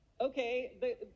okay